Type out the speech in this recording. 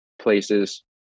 places